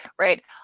right